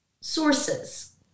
sources